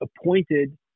appointed